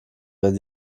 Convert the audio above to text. wenn